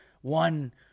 one